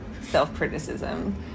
self-criticism